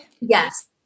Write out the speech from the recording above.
Yes